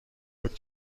بود